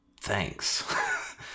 Thanks